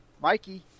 mikey